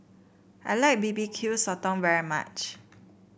I like B B Q Sotong very much